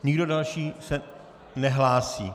Nikdo další se nehlásí.